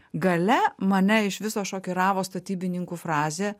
gale mane iš viso šokiravo statybininkų frazė